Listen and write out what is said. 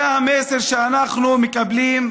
זה המסר שאנחנו מקבלים,